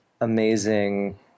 amazing